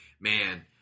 man